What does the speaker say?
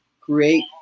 create